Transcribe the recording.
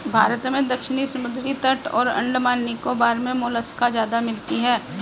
भारत में दक्षिणी समुद्री तट और अंडमान निकोबार मे मोलस्का ज्यादा मिलती है